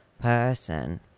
person